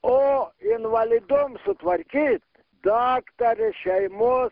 o invalidum sutvarkyt daktarė šeimos